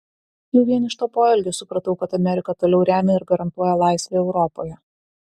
jau vien iš to poelgio supratau kad amerika toliau remia ir garantuoja laisvę europoje